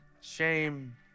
shame